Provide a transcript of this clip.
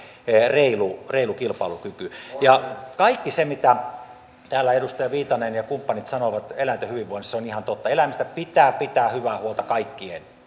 reilu reilu kilpailukyky ja kaikki se mitä täällä edustaja viitanen ja kumppanit sanoivat eläinten hyvinvoinnista on ihan totta eläimistä pitää pitää hyvää huolta kaikkien